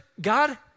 God